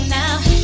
now